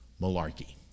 Malarkey